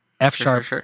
f-sharp